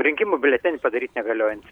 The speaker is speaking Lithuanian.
rinkimų biuletenį padaryt negaliojančiu